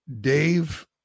Dave